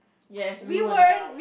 yes we won't down